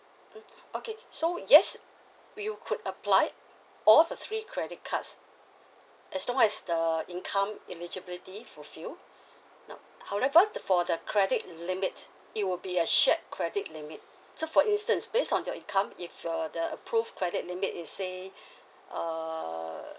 mm okay so yes you could apply all the three credit cards as long as the income eligibility fulfil now however for the credit limit it will be a shared credit limit so for instance based on your income if uh the approved credit limit is say err